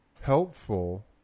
helpful